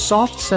Soft